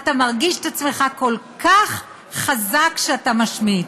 אתה מרגיש את עצמך כל כך חזק כשאתה משמיץ.